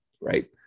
right